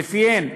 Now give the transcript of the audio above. ולפיהן: